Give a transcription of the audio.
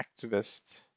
activist